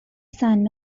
son